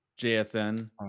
JSN